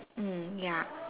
mm ya